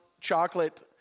chocolate